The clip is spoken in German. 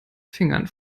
fingern